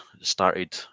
started